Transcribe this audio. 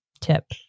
tip